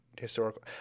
historical